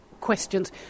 questions